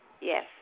yes